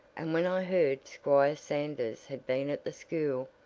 and when i heard squire sanders had been at the school